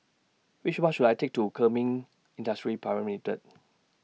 Which Bus should I Take to Kemin Industries Private Limited